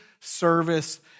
service